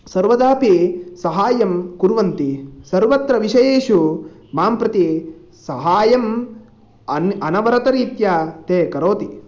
सर्वदापि साहाय्यं कुर्वन्ति सर्वत्र विषयेषु मां प्रति साहाय्यं अन् अनवरतरीत्या ते करोति